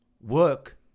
Work